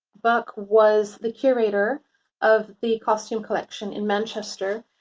buck was the curator of the costume collection in manchester.